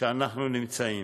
שאנחנו נמצאים.